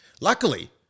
luckily